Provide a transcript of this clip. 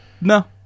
No